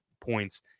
points